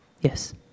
Yes